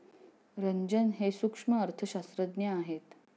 रंजन हे सूक्ष्म अर्थशास्त्रज्ञ आहेत